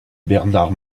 bernard